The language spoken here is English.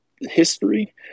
history